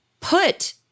put